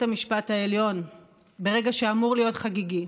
המשפט העליון ברגע שאמור להיות חגיגי.